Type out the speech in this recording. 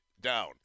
down